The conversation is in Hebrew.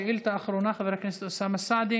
שאילתה אחרונה, של חבר הכנסת אוסאמה סעדי,